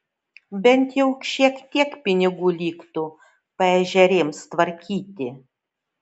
bent jau šiek tiek pinigų liktų paežerėms tvarkyti